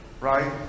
right